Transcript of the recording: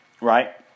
right